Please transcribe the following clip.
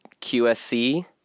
QSC